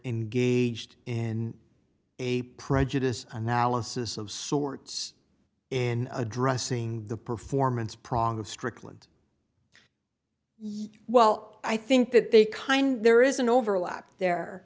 engaged in a prejudice analysis of sorts in addressing the performance prong of strickland well i think that the kind there is an overlap there